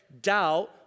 Doubt